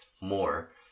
more